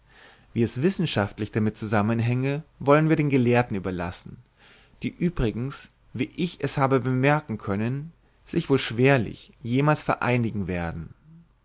wie es wissenschaftlich damit zusammenhänge wollen wir den gelehrten überlassen die übrigens wie ich habe bemerken können sich wohl schwerlich jemals vereinigen werden